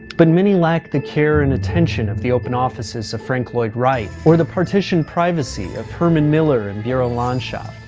but many lack the care and attention of the open offices of frank lloyd wright, or the partitioned privacy of herman miller and burolandschaft.